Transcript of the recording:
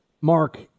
Mark